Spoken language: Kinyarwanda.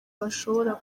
bashobora